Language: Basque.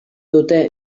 dute